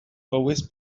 always